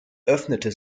öffnete